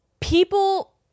people